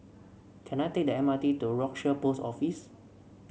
can I take the M R T to Rochor Post Office